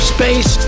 Space